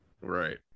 Right